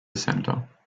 center